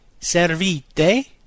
SERVITE